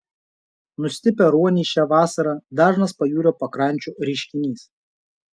nustipę ruoniai šią vasarą dažnas pajūrio pakrančių reiškinys